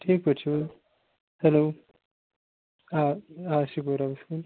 ٹھیٖک پٲٹھۍ چھُو حظ ہیٚلو آ آ شکر رۄبَس کُن